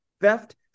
Theft